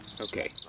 Okay